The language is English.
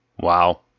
Wow